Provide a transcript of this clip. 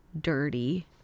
dirty